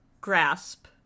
Grasp